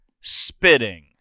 Spitting